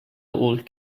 old